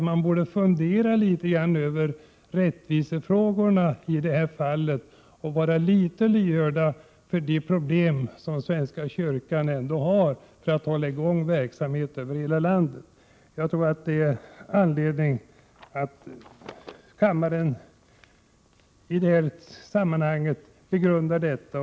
Man borde fundera litet över rättvisefrågorna i det här fallet och vara litet lyhörd för de problem som svenska kyrkan har med att hålla i gång verksamhet över hela landet. Jag tror att det finns anledning för kammaren att begrunda detta.